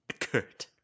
Kurt